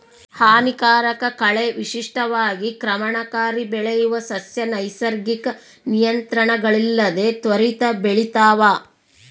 ಹಾನಿಕಾರಕ ಕಳೆ ವಿಶಿಷ್ಟವಾಗಿ ಕ್ರಮಣಕಾರಿ ಬೆಳೆಯುವ ಸಸ್ಯ ನೈಸರ್ಗಿಕ ನಿಯಂತ್ರಣಗಳಿಲ್ಲದೆ ತ್ವರಿತ ಬೆಳಿತಾವ